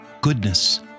goodness